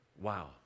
Wow